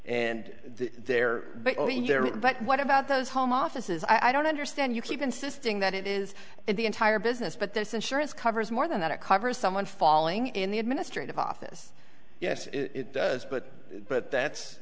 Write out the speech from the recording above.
and there but what about those home offices i don't understand you keep insisting that it is the entire business but this insurance covers more than that it covers someone falling in the administrative office yes it does but but that's